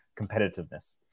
competitiveness